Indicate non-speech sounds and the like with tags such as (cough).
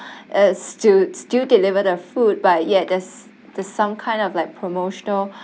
(breath) is to still deliver the food but ya there's there's some kind of like promotional (breath)